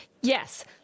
yes